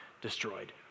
destroyed